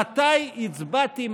מתי הצבעתי,